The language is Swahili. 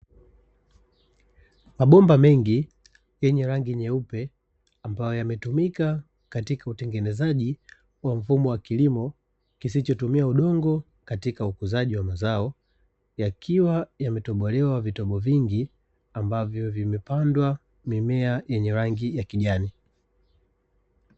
Mabomba mengi yenye rangi nyeupe, ambayo yametumika katika utengenezaji wa mfumo wa kilimo kisichotumia udongo, katika ukuzaji wa mazao. Yakiwa yametobolewa vitobo vingi, ambavyo vimepandwa mimea yenye rangi ya kijani.